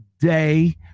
day